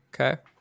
Okay